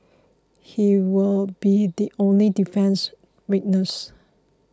he will be the only defence witness